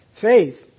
Faith